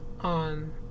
on